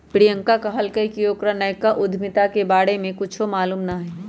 प्रियंका कहलकई कि ओकरा नयका उधमिता के बारे में कुछो मालूम न हई